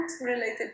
related